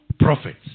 prophets